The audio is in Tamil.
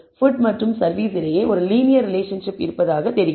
ஃபுட் மற்றும் சர்வீஸ் இடையே ஒரு லீனியர் ரிலேஷன்ஷிப் இருப்பதாகத் தெரிகிறது